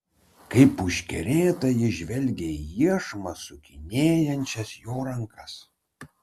kaip užkerėta ji žvelgė į iešmą sukinėjančias jo rankas